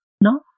No